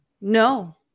No